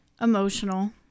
Emotional